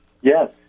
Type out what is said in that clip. Yes